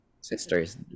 sisters